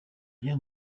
rien